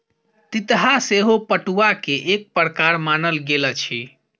तितहा सेहो पटुआ के एक प्रकार मानल गेल अछि